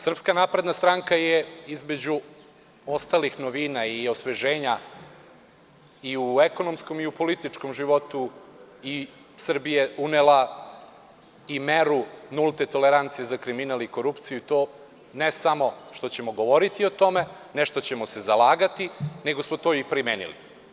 Srpska napredna stranka je između ostalih novina i osveženja i u ekonomskom i u političkom životu Srbije unela i meru nulte tolerancije za kriminal i korupciju, ne samo što ćemo govoriti o tome, ne što ćemo se zalagati, nego smo to i primenili.